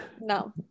No